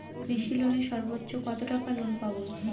কৃষি লোনে সর্বোচ্চ কত টাকা লোন পাবো?